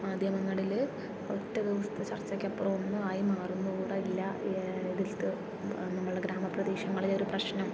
മാധ്യമങ്ങളിൽ ഒറ്റ ദിവസത്തെ ചർച്ചയ്ക്കപ്പുറം ഒന്നുമായി മാറുന്നുകൂടി ഇല്ല ഇതിലത്തേ നമ്മളുടെ ഗ്രാമപ്രദേശങ്ങളിലെ ഒരു പ്രശ്നം